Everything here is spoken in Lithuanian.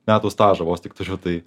metų stažą vos tik turiu tai